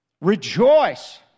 rejoice